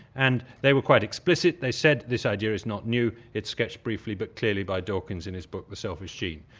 and they were quite explicit, they said this idea is not new, it's sketched briefly but clearly by dawkins in his book the selfish gene.